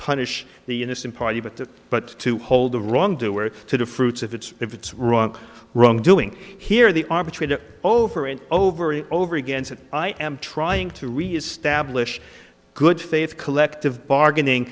punish the innocent party but the but to hold the wrongdoer to the fruits of its if it's wrong wrongdoing here the arbitrator over and over and over again said i am trying to reestablish good faith collective bargaining